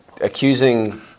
accusing